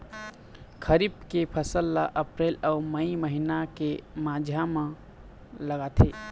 खरीफ के फसल ला अप्रैल अऊ मई महीना के माझा म लगाथे